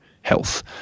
health